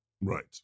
Right